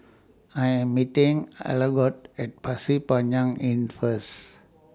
I Am meeting Algot At Pasir Panjang Inn First